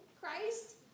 Christ